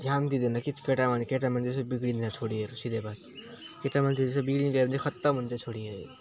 ध्यान दिँदैन के केटा केटा मान्छे यसै बिग्रिँदैन छोरीहरू सिधै भयो केटामान्छे जस्तो बिग्रियो भने चाहिँ खत्तम हुन्छ छोरीहरू